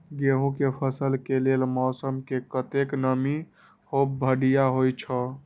गेंहू के फसल के लेल मौसम में कतेक नमी हैब बढ़िया होए छै?